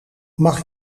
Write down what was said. mag